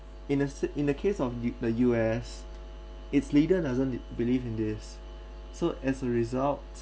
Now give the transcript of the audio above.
in a s~ in the case of the the U_S its leader doesn't believe in this so as a result